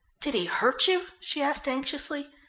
did he hurt you? she asked anxiously.